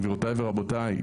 גבירותיי ורבותיי,